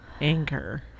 Anger